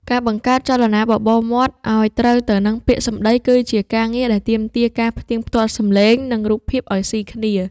ការបង្កើតចលនាបបូរមាត់ឱ្យត្រូវទៅនឹងពាក្យសម្តីគឺជាការងារដែលទាមទារការផ្ទៀងផ្ទាត់សំឡេង និង រូបភាពឱ្យស៊ីគ្នា។